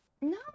No